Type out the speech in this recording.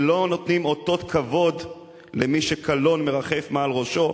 שלא נותנים אותות כבוד למי שקלון מרחף מעל ראשו,